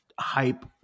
hype